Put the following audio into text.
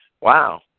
Wow